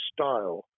style